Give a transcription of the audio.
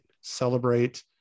celebrate